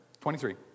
23